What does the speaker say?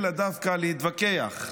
אלא דווקא להתווכח,